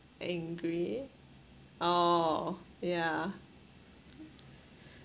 angry oh yeah